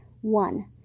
One